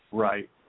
Right